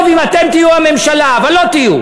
לא יהיה טוב אם אתם תהיו הממשלה, ולא תהיו.